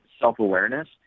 self-awareness